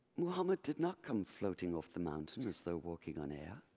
muhammad did not come floating off the mountain, as though walking on air.